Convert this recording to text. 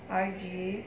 R_G